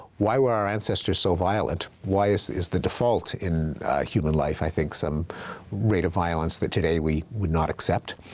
why were our ancestors so violent? why is is the default in human life, i think, some rate of violence that today we would not accept?